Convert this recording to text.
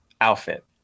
outfit